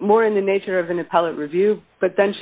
more in the nature of an appellate review but then